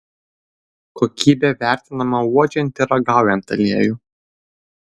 kokybė vertinama uodžiant ir ragaujant aliejų